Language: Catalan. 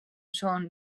són